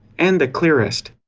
and the clearest.